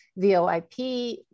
VOIP